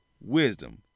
Wisdom